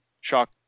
shock